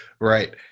right